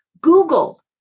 Google